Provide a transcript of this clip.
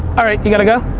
all right, you gotta go?